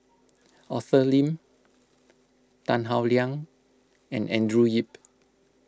Arthur Lim Tan Howe Liang and Andrew Yip